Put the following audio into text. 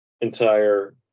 entire